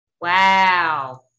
Wow